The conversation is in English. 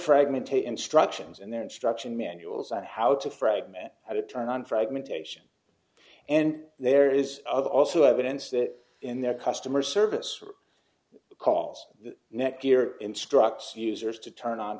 fragmented instructions and their instruction manuals on how to fragment how to turn on fragmentation and there is other also evidence that in their customer service because the net gear instructs users to turn on